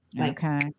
okay